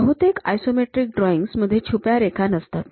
बहुतेक isometric drawings मध्ये छुप्या रेखा नसतात